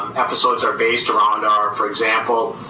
episodes are based around and are, for example,